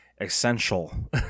essential